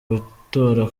gutora